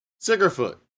Sickerfoot